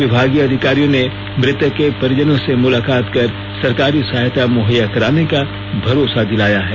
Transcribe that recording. विभागीय अधिकारियों ने मृतक के परिजनों से मुलाकात कर सरकारी सहायता मुहैया कराने का भरोसा दिलाया है